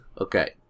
Okay